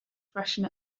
freshen